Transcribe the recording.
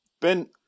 Ben